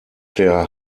der